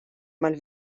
mal